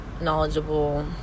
knowledgeable